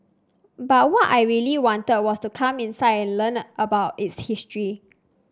but what I really wanted was to come inside and learn about its history